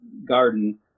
garden